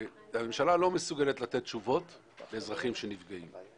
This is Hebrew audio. הממשלה לא מסוגלת לתת תשובות לאזרחים שנפגעים.